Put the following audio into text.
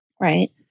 right